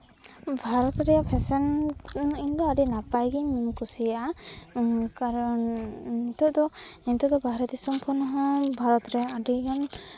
ᱵᱷᱟᱨᱚᱛ ᱨᱮ ᱯᱷᱮᱥᱮᱱ ᱤᱧ ᱫᱚ ᱟᱹᱰᱤ ᱱᱟᱯᱟᱭ ᱜᱤᱧ ᱠᱩᱥᱤᱭᱟᱜᱼᱟ ᱠᱟᱨᱚᱱ ᱱᱤᱛᱚᱜ ᱫᱚ ᱱᱤᱛᱚᱜ ᱫᱚ ᱵᱟᱦᱨᱮ ᱫᱤᱥᱚᱢ ᱠᱷᱚᱱ ᱦᱚᱸ ᱵᱷᱟᱨᱚᱛ ᱨᱮ ᱟᱹᱰᱤᱜᱟᱱ